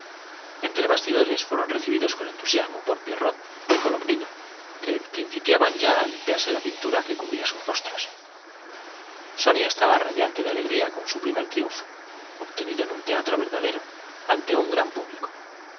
entre bastidores fueron recibidos con entusiasmo por pielrot y colombina que principiaban ya á limpiarse la pintura que cubría sus rostros sonia estaba radiante de alegría con su primer triunfo obtenido en un teatro verdadero ante un gran público